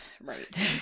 Right